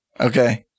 Okay